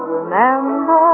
Remember